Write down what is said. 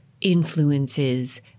influences